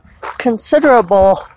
considerable